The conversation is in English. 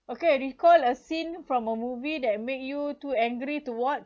okay recall a scene from a movie that make you too angry to watch